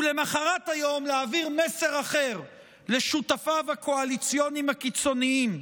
ולמוחרת היום להעביר מסר אחר לשותפיו הקואליציוניים הקיצוניים,